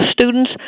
students